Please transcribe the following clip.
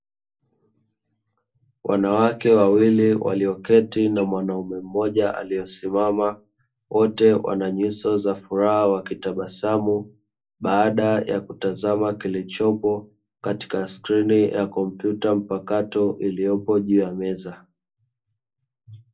Wanawake wawili walioketi na mwanamume mmoja aliosimama wote wana nyuso za furaha wakitabasamu baada ya kutazama kilichopo katika skrini ya kompyuta mpakato iliyopo juu ya meza.